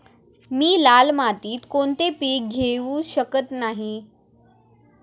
मी लाल मातीत कोणते पीक घेवू शकत नाही?